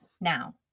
now